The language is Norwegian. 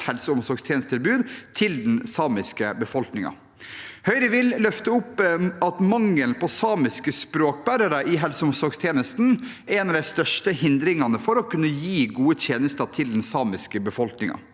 helse- og omsorgstjenestetilbud til den samiske befolkningen. Høyre vil løfte fram at mangelen på samiske språkbærere i helseog omsorgstjenesten er en av de største hindringene for å kunne gi gode tjenester til den samiske befolkningen.